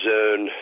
Zone